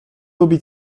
lubi